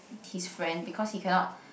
his friend because he cannot